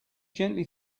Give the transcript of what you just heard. gently